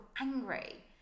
angry